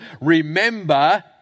Remember